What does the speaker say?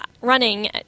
running